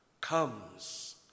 comes